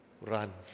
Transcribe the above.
run